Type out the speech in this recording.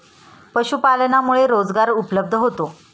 पशुपालनामुळे रोजगार उपलब्ध होतो